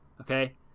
okay